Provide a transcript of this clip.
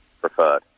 preferred